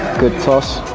good toss.